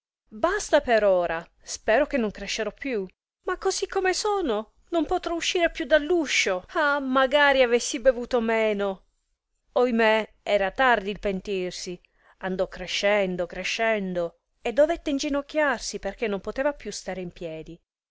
basta per ora spero che non crescerò di più ma così come sono non potrò uscire più dalluscio ah magari avessi bevuto meno oimè era tardi il pentirsi andò crescendo crescendo e dovette inginocchiarsi perchè non poteva più stare in piedi